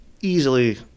easily